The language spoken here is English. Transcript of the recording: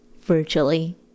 virtually